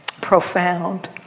profound